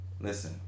Listen